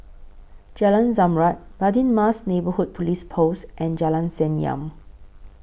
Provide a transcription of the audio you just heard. Jalan Zamrud Radin Mas Neighbourhood Police Post and Jalan Senyum